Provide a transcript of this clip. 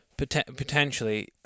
potentially